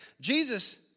Jesus